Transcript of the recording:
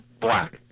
black